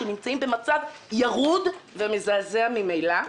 שנמצאים במצב ירוד ומזעזע ממילא.